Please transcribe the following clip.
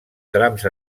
trams